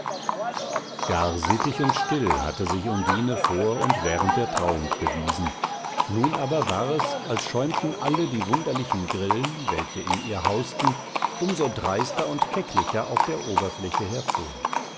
gar sittig und still hatte sich undine vor und während der trauung bewiesen nun aber war es als schäumten alle die wunderlichen grillen welche in ihr hausten um so dreister und kecklicher auf der oberfläche hervor